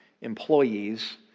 employees